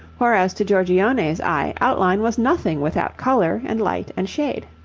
whereas to giorgione's eye outline was nothing without colour and light and shade.